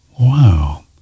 Wow